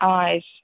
yes